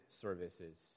Services